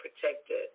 protected